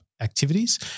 activities